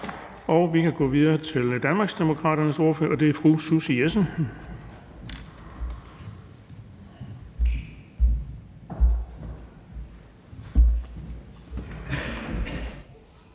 Vi kan gå videre til Danmarksdemokraternes ordfører, og det er fru Susie Jessen.